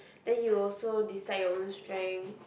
then you also decide your own strength